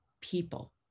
people